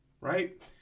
right